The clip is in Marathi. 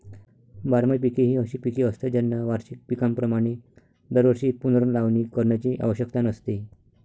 बारमाही पिके ही अशी पिके असतात ज्यांना वार्षिक पिकांप्रमाणे दरवर्षी पुनर्लावणी करण्याची आवश्यकता नसते